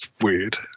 weird